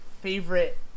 favorite